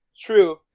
True